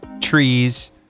trees